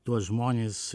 tuos žmones